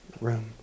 room